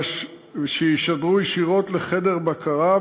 וישדרו ישירות לחדר בקרה,